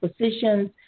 positions